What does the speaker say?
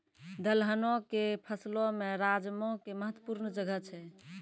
दलहनो के फसलो मे राजमा के महत्वपूर्ण जगह छै